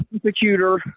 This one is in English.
prosecutor